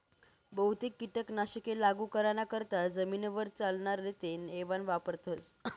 बहुतेक कीटक नाशके लागू कराना करता जमीनवर चालनार नेते इवान वापरथस